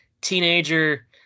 Teenager